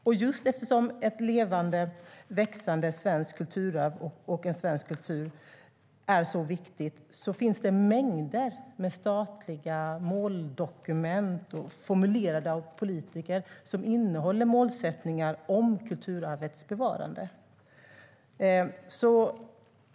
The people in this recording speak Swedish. Och just eftersom ett levande och växande svenskt kulturarv och svensk kultur är så viktigt finns det mängder med statliga måldokument, formulerade av politiker, som innehåller målsättningar om kulturarvets bevarande.